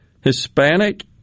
Hispanic